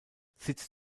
sitz